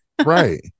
Right